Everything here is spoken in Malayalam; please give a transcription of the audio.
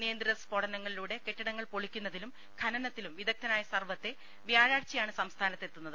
നിയന്തിത സ് ഫോടനങ്ങളിലൂടെ കെട്ടിടങ്ങൾ പൊളിക്കുന്നതിലും ഖനനത്തിലും വിദഗ്ധനായ സർവ്വത്തെ വ്യാഴാഴ്ചയാണ് സംസ്ഥാനത്തെത്തുന്നത്